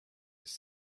was